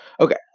Okay